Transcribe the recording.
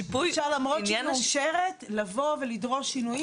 הנושא שאני רוצה לדבר עליו זה כל מה שקשור לכל